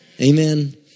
Amen